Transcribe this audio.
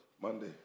Monday